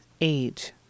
age